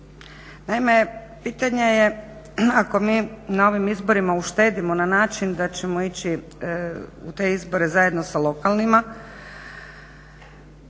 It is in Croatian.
Naime pitanje je ako mi na ovim izborima uštedimo na način da ćemo ići u te izbore zajedno sa lokalnima,